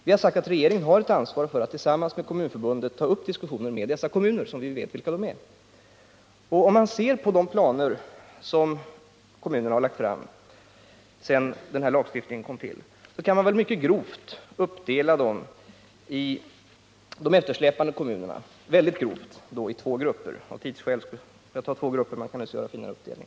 Vi har sagt att regeringen har ett ansvar för att tillsammans med Kommunförbundet ta upp diskussioner med dessa kommuner, som vi alltså vet vilka de är. Och om man ser på de planer som kommunerna har lagt fram sedan lagstiftningen kom till kan man mycket grovt uppdela de eftersläpande kommunerna i två grupper. Av tidsskäl gör jag uppdelningen i två grupper — man kan också göra en finare uppdelning.